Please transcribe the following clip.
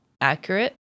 accurate